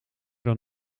dan